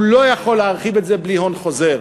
והוא לא יכול להרחיב את זה בלי הון חוזר,